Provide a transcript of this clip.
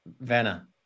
Vanna